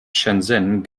shenzhen